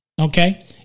okay